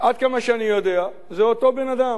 עד כמה שאני יודע זה אותו בן-אדם.